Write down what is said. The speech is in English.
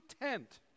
tent